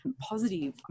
positive